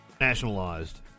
nationalized